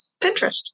Pinterest